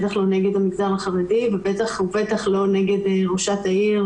בטח לא נגד המגזר החרדי ובטח לא נגד ראשת העיר